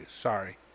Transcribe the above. Sorry